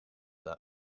the